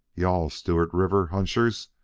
you-all stewart river hunchers!